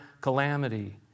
calamity